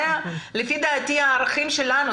לפי דעתי זה הערכים שלנו,